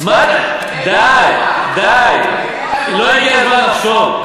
מה, די, די, לא הגיע הזמן לחשוב?